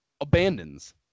abandons